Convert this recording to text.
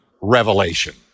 revelation